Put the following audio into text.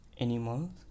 animals